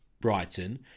Brighton